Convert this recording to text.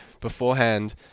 beforehand